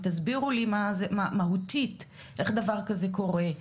תסבירו לי מהותית איך דבר כזה קורה,